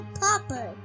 Papa